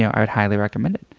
yeah i would highly recommend it.